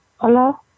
Hello